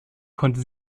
konnte